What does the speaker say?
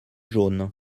jaune